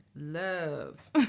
love